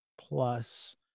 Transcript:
plus